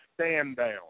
stand-down